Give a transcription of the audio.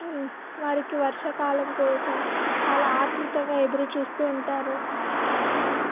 వారికి వర్షాకాలం కోసం చాలా ఆత్రుతగా ఎదురుచూస్తూ ఉంటారు